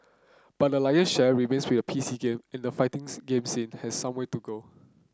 but the lion share remains with P C game and fightings game scene has some way to go